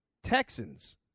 texans